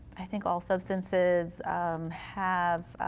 i think all substances have